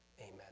Amen